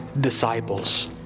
disciples